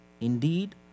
Indeed